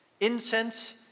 incense